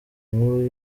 nkuru